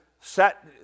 set